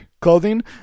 clothing